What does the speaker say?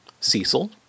cecil